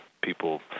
people